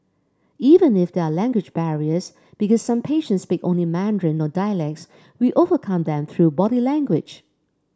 even if there are language barriers because some patients speak only Mandarin or dialects we overcome them through body language